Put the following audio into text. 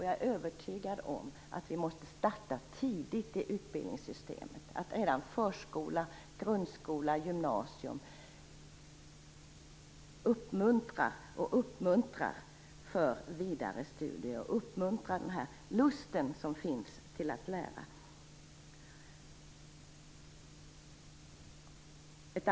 Jag är övertygad om att man måste starta tidigt i utbildningssystemet så att man redan i förskola, grundskola och gymnasium uppmuntrar till vidare studier och uppmuntrar lusten att lära.